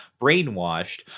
brainwashed